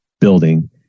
building